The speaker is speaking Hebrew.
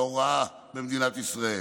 הוראה במדינת ישראל.